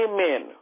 Amen